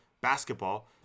basketball